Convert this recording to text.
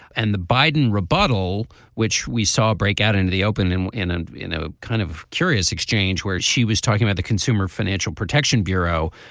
and the biden rebuttal which we saw break out into the open and in and you know kind of curious exchange where she was talking about the consumer financial protection bureau.